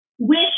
wish